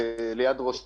ליד ראש פינה.